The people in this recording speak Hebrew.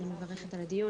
אני מברכת גם על הדיון